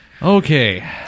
Okay